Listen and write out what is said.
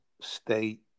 state